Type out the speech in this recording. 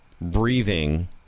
breathing